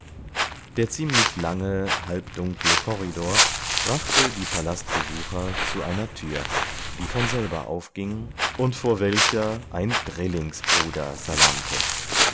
der ziemlich lange halbdunkle korridor brachte die palastbesucher zu einer tür die von selber aufging und vor welcher ein drillingsbruder salamte